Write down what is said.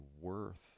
worth